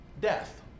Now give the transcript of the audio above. death